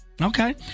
Okay